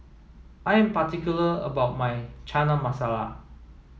I am particular about my Chana Masala